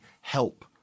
help